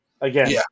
again